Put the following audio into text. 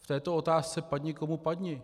V této otázce padni komu padni.